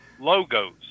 Logos